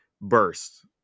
burst